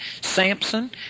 Samson